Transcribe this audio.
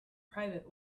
private